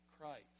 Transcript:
Christ